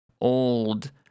old